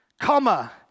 comma